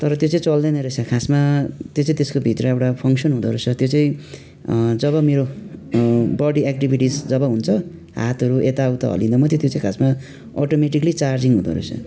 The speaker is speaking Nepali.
तर त्यो चाहिँ चल्दैन रहेछ खासमा त्यो चाहिँ त्यसको भित्र एउटा फङ्सन हुँदो रहेछ त्यो चाहिँ जब मेरो बडी एक्टिभिटिज जब हुन्छ हातहरू यताउता हल्लिँदा मात्रै त्यो चाहिँ खासमा अटोमेटिकली चार्जिङ हुँदोरहेछ